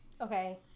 Okay